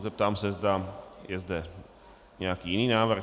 Zeptám se, zda je zde nějaký jiný návrh.